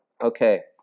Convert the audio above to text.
Okay